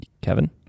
Kevin